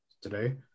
today